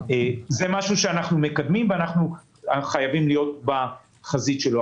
שאנחנו מקדמים ואנחנו חייבים להיות בחזית שלו.